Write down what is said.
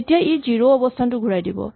তেতিয়া ই জিৰ' অৱস্হানটো ঘূৰাই দিব